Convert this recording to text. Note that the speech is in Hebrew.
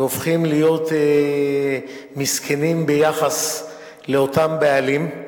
והופכים להיות מסכנים ביחס לאותם בעלים.